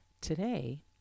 Today